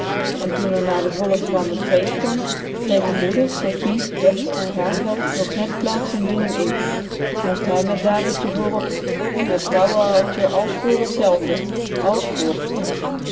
en toen r na de volle tram n tweede kwam kregen moeder sofie bets en rachel nog net plaatsen binnenin most hij met davidje voorop met vrouwen had je als voort t zelfde als voort